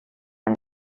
fun